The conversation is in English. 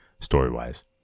story-wise